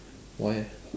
why eh